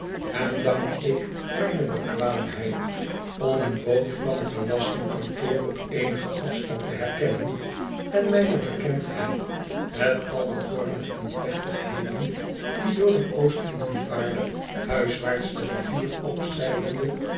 hem dank ik mijne bekwaamheid om een boot van t belastingkantoor op e enigen afstand te herkennen en mijne bekendheid met al de vormen en plechtigheden die door een oostindievaarder huiswaarts de rivier